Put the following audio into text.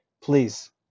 Please